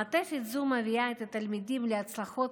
מעטפת זו מביאה את התלמידים להצלחות